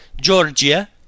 Georgia